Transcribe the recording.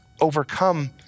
overcome